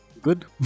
good